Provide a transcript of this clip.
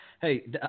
Hey